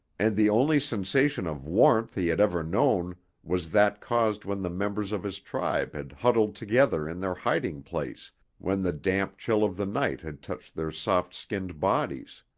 and the only sensation of warmth he had ever known was that caused when the members of his tribe had huddled together in their hiding place when the damp chill of the night had touched their soft-skinned bodies.